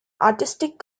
artistic